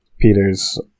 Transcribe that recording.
Peter's